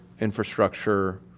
infrastructure